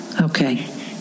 Okay